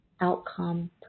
outcome